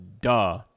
Duh